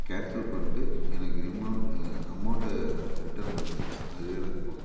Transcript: cancel பண்ணிட்டு எனக்கு ரிமௌண்டு அமௌண்ட்டை ரிட்டர்ன் பண்ணிடுங்க அதுவே எனக்கு போதும்